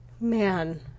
Man